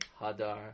hadar